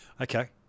Okay